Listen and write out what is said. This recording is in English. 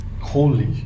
Holy